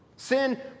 Sin